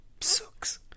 sucks